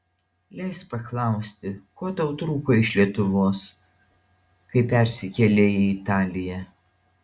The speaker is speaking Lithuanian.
leisk paklausti ko tau trūko iš lietuvos kai persikėlei į italiją